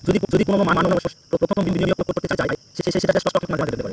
যদি কোনো মানষ প্রথম বিনিয়োগ করতে চায় সে সেটা স্টক মার্কেটে করে